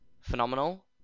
phenomenal